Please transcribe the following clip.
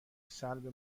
سلب